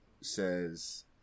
says